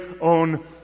own